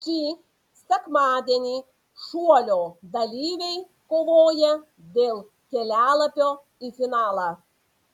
šį sekmadienį šuolio dalyviai kovoja dėl kelialapio į finalą